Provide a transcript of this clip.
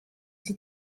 sie